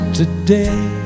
today